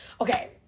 okay